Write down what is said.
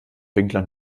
winkler